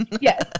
yes